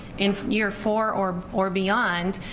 in year four or or beyond,